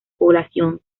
población